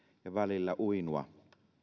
ja välillä uinua